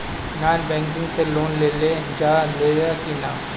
Non banking से loan लेल जा ले कि ना?